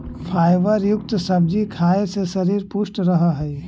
fibre युक्त सब्जी खाए से शरीर पुष्ट रहऽ हइ